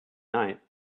night